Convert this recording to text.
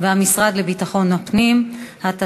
שם